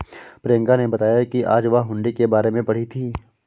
प्रियंका ने बताया कि आज वह हुंडी के बारे में पढ़ी थी